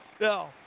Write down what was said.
No